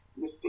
Mr